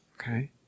Okay